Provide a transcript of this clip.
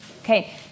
Okay